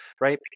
right